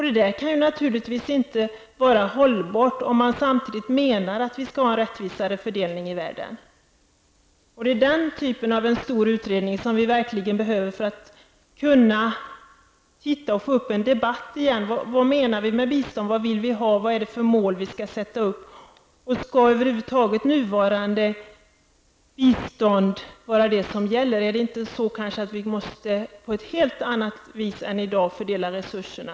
Det är naturligtvis ohållbart om man samtidigt menar att vi skall ha en rättvisare fördelning i världen. Det är en sådan typ av stor utredning som vi verkligen behöver för att kunna få i gång en debatt igen om vad vi menar med bistånd, vad vi vill ha och vad det är för mål vi skall sätta upp. Skall över huvud taget det nuvarande biståndet vara det som gäller? Är det kanske inte så att vi på ett helt annat vis än i dag måste fördela resurserna?